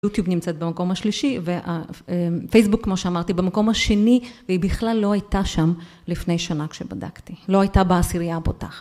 יוטיוב נמצאת במקום השלישי, ופייסבוק, כמו שאמרתי, במקום השני, והיא בכלל לא הייתה שם לפני שנה כשבדקתי. לא הייתה בעשירייה הפותחת.